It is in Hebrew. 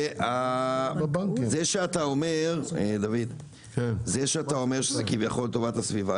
זה שאתה אומר שזה כביכול טובת הסביבה,